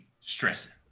stressing